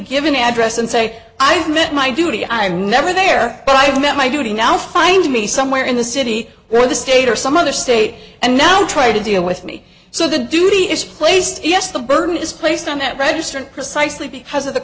give an address and say i've met my duty i've never there but i've met my duty now find me somewhere in the city where the state or some other state and now try to deal with me so the duty is placed yes the burden is placed on that register and precisely because of the